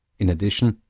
in addition,